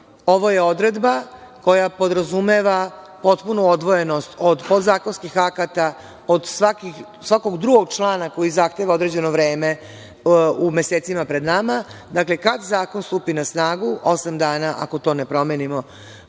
ovo je odredba koja podrazumeva potpunu odvojenost od podzakonskih akata, od svakog drugog člana koji zahteva određeno vreme u mesecima pred nama. Dakle, kad zakon stupi na snagu osam dana, ako to ne promenimo